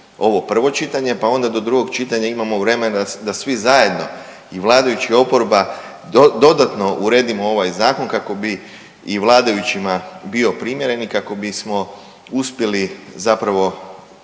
ovo prvo čitanje pa onda do drugog čitanja imamo vremena da svi zajedno i vladajući i oporba dodatno uredimo ovaj Zakon kako bi i vladajućima bio primjeren i kako bismo uspjeli zapravo